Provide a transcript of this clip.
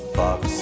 box